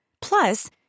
Plus